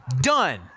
Done